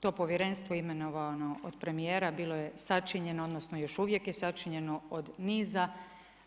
To povjerenstvo imenovano od premijera bilo je sačinjeno odnosno još uvijek je sačinjeno od niza